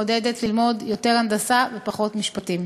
מעודדת ללמוד יותר הנדסה ופחות משפטים.